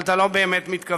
אבל אתה לא באמת מתכוון.